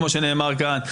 כמו שנאמר כאן,